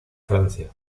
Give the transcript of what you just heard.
francia